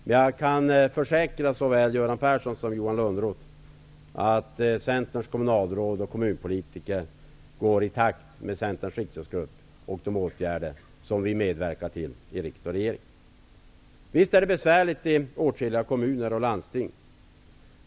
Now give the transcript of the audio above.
Men jag kan försäkra såväl Göran Persson som Johan Lönnroth att Centerns kommunalråd och kommunpolitiker går i takt med Centerns riksdagsgrupp och de åtgärder som den medverkar till i riksdag och regering. Visst är det besvärligt i åtskilliga kommuner och landsting.